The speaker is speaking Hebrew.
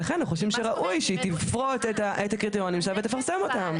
לכן אנחנו חושבים שראוי שהיא תפרוט את הקריטריונים שלה ותפרסם אותה.